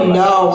no